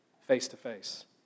face-to-face